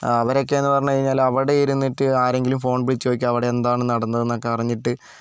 അവരൊക്കെയെന്ന് പറഞ്ഞുകഴിഞ്ഞാൽ അവിടെ ഇരുന്നിട്ട് ആരെയെങ്കിലും ഫോൺ വിളിച്ച് ചോയ്ക്കും അവിടെ എന്താണ് നടന്നതൊക്കെ അറിഞ്ഞിട്ട്